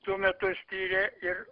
tuo metu ištyrė ir